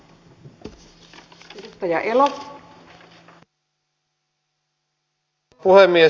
arvoisa rouva puhemies